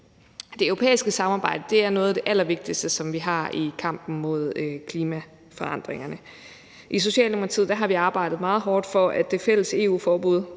Det europæiske samarbejde er noget af det allervigtigste, som vi har i kampen mod klimaforandringerne. I Socialdemokratiet har vi arbejdet meget hårdt for, at det fælles EU-forbud